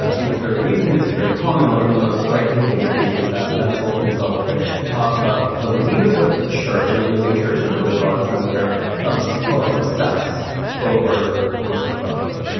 ah it was very reason it was very calm and one of the most striking things to me was that denzel himself talked about the leaders of the church and i'm using church in a really broad sense here quote obsess over homosexuality.